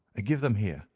ah give them here,